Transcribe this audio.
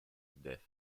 death